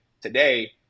today